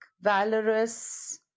valorous